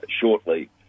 shortly